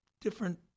different